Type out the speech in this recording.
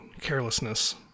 carelessness